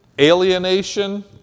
alienation